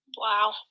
Wow